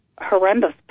horrendous